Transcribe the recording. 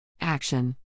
Action